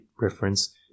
reference